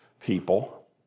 people